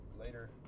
Later